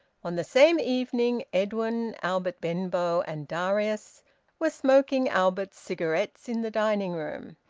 on the same evening, edwin, albert benbow, and darius were smoking albert's cigarettes in the dining-room.